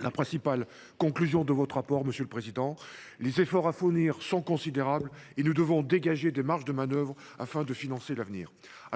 la principale conclusion de ce rapport : les efforts à fournir sont considérables et nous devons dégager des marges de manœuvre afin de financer l’avenir.